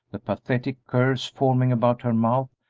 the pathetic curves forming about her mouth,